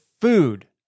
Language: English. food